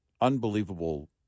unbelievable